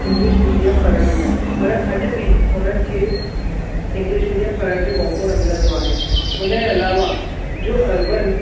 English medium पढ़ण लाइ पर अॾु बि उन्हनि खे इंग्लिश मीडियम पढ़ण जो मौक़ो न मिलंदो आहे हुनजे अलावा जो अरबन